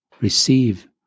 receive